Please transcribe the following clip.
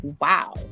wow